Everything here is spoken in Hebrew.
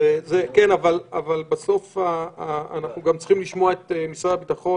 אבל בסוף אנחנו צריכים לשמוע את משרד הביטחון,